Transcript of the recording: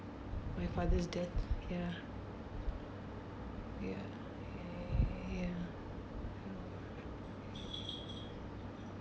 my father's death ya ya ya